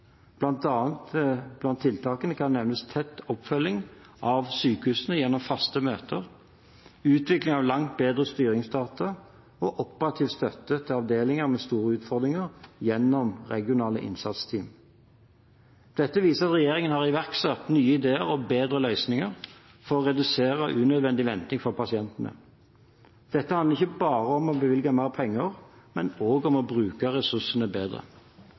område. Blant tiltakene kan nevnes tett oppfølging av sykehusene gjennom faste møter, utvikling av langt bedre styringsdata og operativ støtte til avdelinger med store utfordringer gjennom regionale innsatsteam. Dette viser at regjeringen har iverksatt nye ideer og bedre løsninger for å redusere unødvendig venting for pasientene. Dette handler ikke bare om å bevilge mer penger, men også om å bruke ressursene bedre.